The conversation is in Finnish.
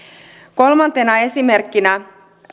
kolmantena esimerkkinä